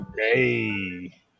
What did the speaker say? Hey